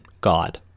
God